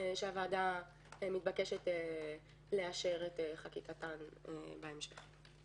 שהוועדה מתבקשת לאשר את חקיקתן בהמשך.